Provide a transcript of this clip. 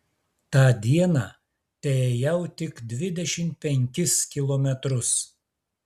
tą dieną teėjau tik dvidešimt penkis kilometrus